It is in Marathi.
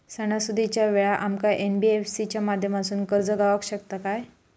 सणासुदीच्या वेळा आमका एन.बी.एफ.सी च्या माध्यमातून कर्ज गावात शकता काय?